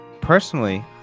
Personally